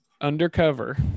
Undercover